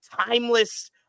timeless